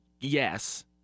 yes